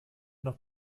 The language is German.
noch